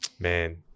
Man